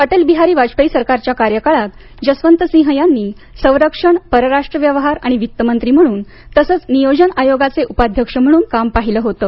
अटल बिहारी वाजपयी सरकारच्या कार्यकाळात जसवंतसिंह यांनी संरक्षण परराष्ट्र व्यवहार आणि वित्त मंत्री म्हणून तसंच नियोजन आयोगाचे उपाध्यक्ष म्हणून काम पाहिलं होतं